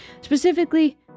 Specifically